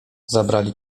zabrali